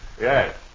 Yes